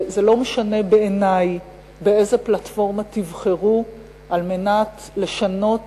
זה לא משנה בעיני באיזו פלטפורמה תבחרו על מנת לשנות